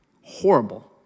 Horrible